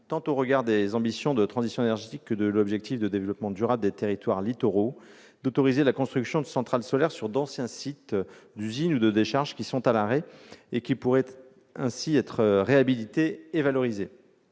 tant au regard des ambitions de transition énergétique que de l'objectif de développement durable des territoires littoraux, d'autoriser la construction de centrales solaires sur d'anciens sites d'usines ou de décharges à l'arrêt, qui pourraient ainsi être réhabilités et valorisés.